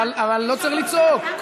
אבל לא צריך לצעוק.